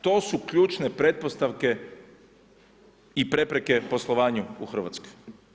To su ključne pretpostavke i prepreke poslovanju u Hrvatskoj.